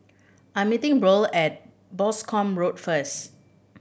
I'm meeting Burl at Boscombe Road first